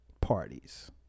parties